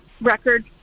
record